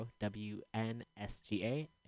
W-N-S-G-A